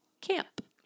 camp